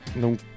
Donc